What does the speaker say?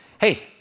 Hey